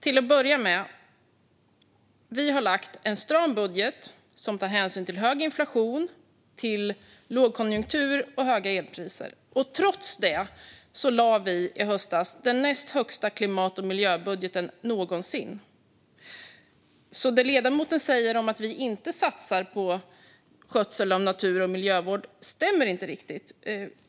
Fru talman! Vi har lagt fram en stram budget som tar hänsyn till hög inflation, lågkonjunktur och höga elpriser. Trots det lade vi i höstas fram den näst högsta klimat och miljöbudgeten någonsin. Det ledamoten säger om att vi inte satsar på skötsel av natur och miljövård stämmer inte riktigt.